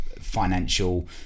financial